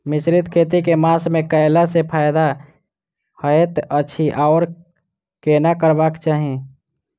मिश्रित खेती केँ मास मे कैला सँ फायदा हएत अछि आओर केना करबाक चाहि?